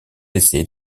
essais